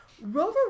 Rover